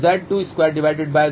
Zin2 क्या है